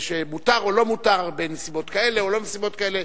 שמותר או לא מותר בנסיבות כאלה או לא בנסיבות כאלה.